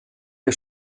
ihr